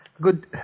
Good